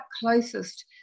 closest